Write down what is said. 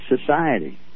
society